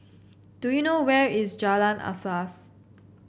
do you know where is Jalan Asas